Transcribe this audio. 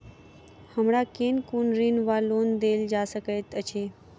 हमरा केँ कुन ऋण वा लोन देल जा सकैत अछि?